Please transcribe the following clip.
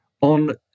on